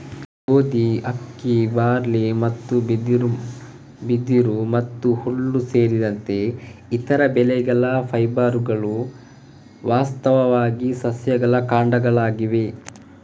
ಗೋಧಿ, ಅಕ್ಕಿ, ಬಾರ್ಲಿ ಮತ್ತು ಬಿದಿರು ಮತ್ತು ಹುಲ್ಲು ಸೇರಿದಂತೆ ಇತರ ಬೆಳೆಗಳ ಫೈಬರ್ಗಳು ವಾಸ್ತವವಾಗಿ ಸಸ್ಯಗಳ ಕಾಂಡಗಳಾಗಿವೆ